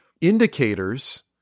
indicators